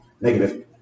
negative